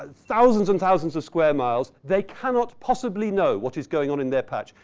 ah thousands and thousands of square miles. they cannot possibly know what is going on in their patch.